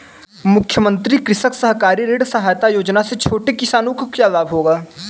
मुख्यमंत्री कृषक सहकारी ऋण सहायता योजना से छोटे किसानों को क्या लाभ होगा?